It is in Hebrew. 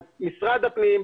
משרד הפנים,